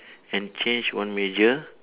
and change one major